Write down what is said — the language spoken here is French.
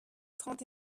trente